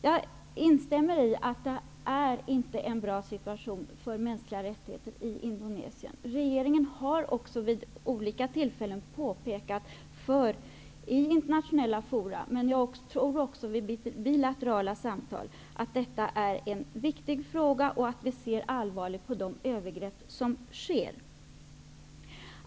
Jag instämmer i att det inte är någon bra situation i fråga om mänskliga rättigheter i Indonesien. Regeringen har också vid olika tillfällen påpekat -- i internationella fora men jag tror också vid bilaterala samtal -- att detta är en viktig fråga och att vi ser allvarligt på de övergrepp som sker.